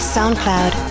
SoundCloud